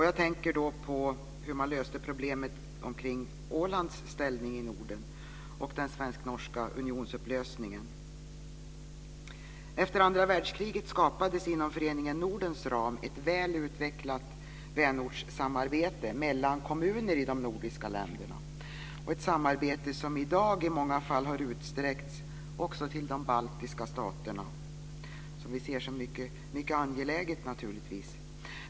Jag tänker då på hur man löste problemet omkring Ålands ställning i Norden och den svensk-norska unionsupplösningen. Efter andra världskriget skapades inom Föreningen Nordens ram ett väl utvecklat vänortssamarbete mellan kommuner i de nordiska länderna - ett samarbete som i dag i många fall har utsträckts också till de baltiska staterna. Det ser vi naturligtvis som mycket angeläget.